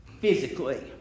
physically